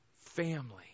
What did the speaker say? family